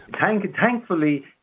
Thankfully